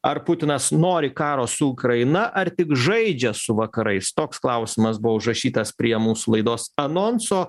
ar putinas nori karo su ukraina ar tik žaidžia su vakarais toks klausimas buvo užrašytas prie mūsų laidos anonso